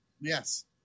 Yes